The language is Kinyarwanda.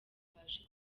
mbashe